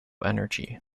energy